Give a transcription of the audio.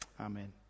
Amen